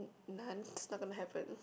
nah it's not gonna happen